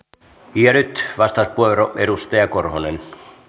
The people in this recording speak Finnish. ja nyt vastauspuheenvuoro edustaja korhonen